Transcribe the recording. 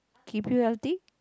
keep you healthy